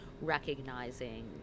recognizing